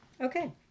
Okay